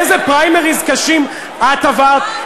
איזה פריימריז קשים את עברת?